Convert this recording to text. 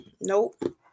Nope